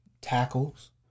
Tackles